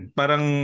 parang